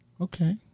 Okay